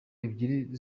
ebyiri